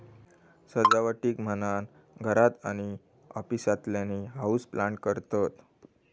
सजावटीक म्हणान घरात आणि ऑफिसातल्यानी हाऊसप्लांट करतत